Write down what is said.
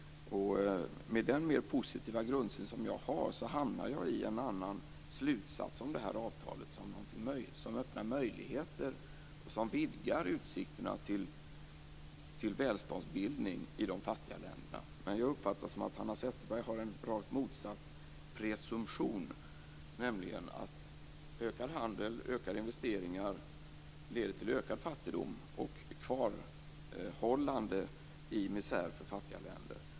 Med den mer positiva grundsyn som jag har hamnar jag i en annan slutsats om det här avtalet som någonting som öppnar möjligheter och som vidgar utsikterna till välståndsbildning i de fattiga länderna. Men jag uppfattar det som om Hanna Zetterberg har en rakt motsatt presumtion, nämligen att ökad handel och ökade investeringar leder till ökad fattigdom och kvarhållande av fattiga länder i misär.